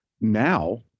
now